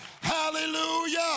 Hallelujah